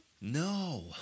No